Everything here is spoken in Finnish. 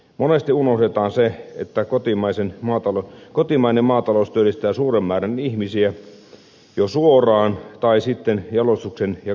monesti unohdetaan se että kotimainen maatalous työllistää suuren määrän ihmisiä jo suoraan tai sitten jalostuksen ja kaupan kautta